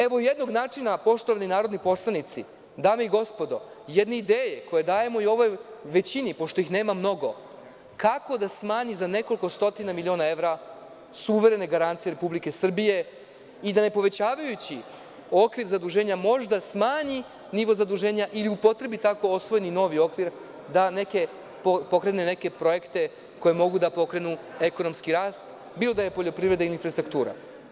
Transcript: Evo jednog načina, poštovani narodni poslanici, dame i gospodo, jedne ideje koju dajemo ovoj većini, pošto ih nema mnogo, kako da smanji za nekoliko stotina miliona evra suverene garancije Republike Srbije i da ne povećavajući okvir zaduženja možda smanji nivo zaduženja ili upotrebi tako osvojeni novi okvir, da pokrene neke projekte koji mogu da pokrenu ekonomski rast, bilo da je poljoprivreda ili infrastruktura.